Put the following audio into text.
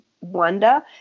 wonder